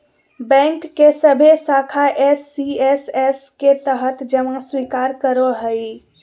bank के सभे शाखा एस.सी.एस.एस के तहत जमा स्वीकार करो हइ